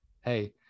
hey